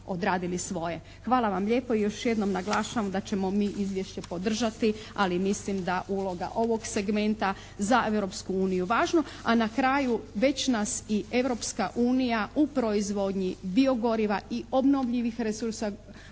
Hvala vam lijepo i još jednom naglašavam da ćemo mi Izvješće podržati, ali mislim da uloga ovog segmenta za Europsku uniju je važno. A na kraju, već nas i Europska unija u proizvodni bio-goriva i obnovljivih resursa